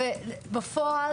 בפועל,